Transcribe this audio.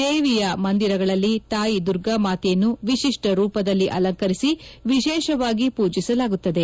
ದೇವಿಯ ಮಂದಿರಗಳಲ್ಲಿ ತಾಯಿ ದುರ್ಗಾಮಾತೆಯನ್ನು ವಿತಿಪ್ಪರೂಪದಲ್ಲಿ ಅಲಂಕರಿಸಿ ವಿಶೇಷವಾಗಿ ಪೂಜಿಸಲಾಗುತ್ತದೆ